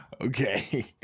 Okay